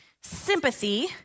sympathy